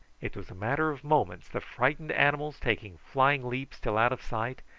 it was a matter of moments the frightened animals, taking flying leaps till out of sight,